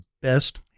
best